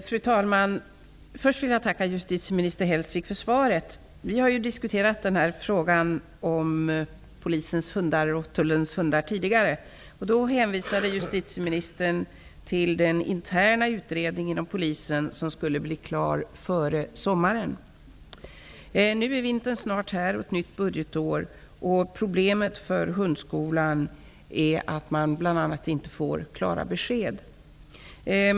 Fru talman! Först vill jag tacka justitieminister Hellsvik för svaret. Vi har ju diskuterat denna fråga om polisens och tullens hundar tidigare. Då hänvisade justitieministern till den interna utredning inom Polisen som skulle bli klar före sommaren. Nu är vintern snart här och vi har ett nytt budgetår, och problemet för hundskolan är bl.a. att man inte får klara besked.